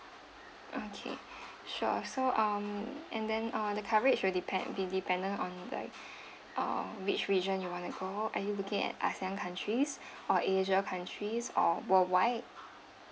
okay sure so um and then uh the coverage will depend be dependent on like uh which region you want to go are you looking at ASEAN countries or asia countries or worldwide